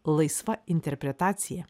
laisva interpretacija